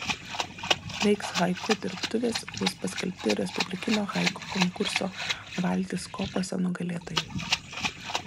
veiks haiku dirbtuvės bus paskelbti respublikinio haiku konkurso valtys kopose nugalėtojai